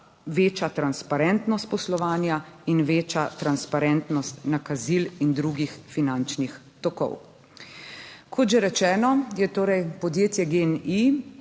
več transparentnost poslovanja in veča transparentnost nakazil in drugih finančnih tokov. Kot že rečeno, je torej podjetje GEN-I